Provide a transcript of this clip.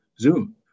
Zoom